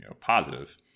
positive